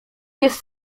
jest